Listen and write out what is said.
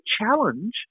challenge